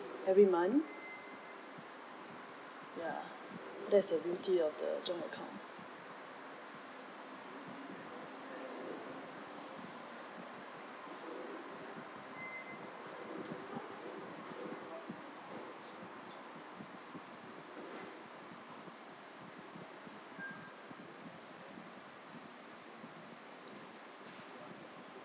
every month ya that's the beauty of the joint account